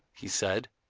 he said,